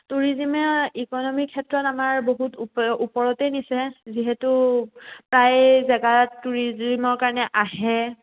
টুৰিজিমে economic ক্ষেত্ৰত আমাৰ বহুত ওপৰতেই নিছে যিহেতু প্ৰায় জেগাত টুৰিজিমৰ কাৰণে আহে